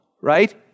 right